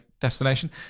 destination